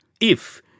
if